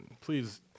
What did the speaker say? Please